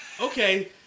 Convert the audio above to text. Okay